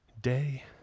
day